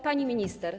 Pani Minister!